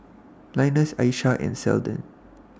Linus Aisha and Seldon